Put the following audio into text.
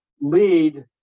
lead